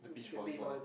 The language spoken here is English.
the beach volleyball